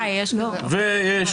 יש חוג הזה.